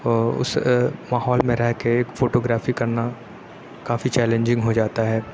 اس ماحول میں رہ کے فوٹوگرافی کرنا کافی چیلنجنگ ہو جاتا ہے